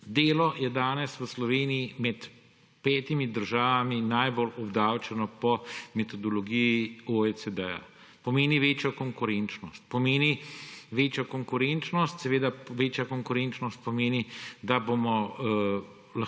Delo je danes v Sloveniji med petimi državami najbolj obdavčeno po metodologiji OECD. Pomeni večjo konkurenčnost, seveda večja konkurenčnost pomeni, da bomo